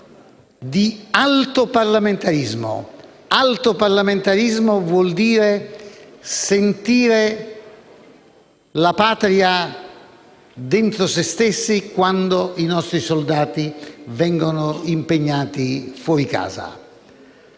di alto parlamentarismo, che significa sentire la patria dentro se stessi quando i nostri soldati vengono impegnati fuori casa.